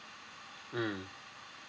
mm